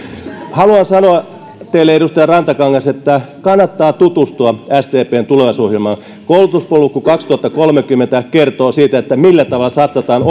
haluan sanoa teille edustaja rantakangas että kannattaa tutustua sdpn tulevaisuusohjelmaan osaamispolku kaksituhattakolmekymmentä kertoo siitä millä tavalla satsataan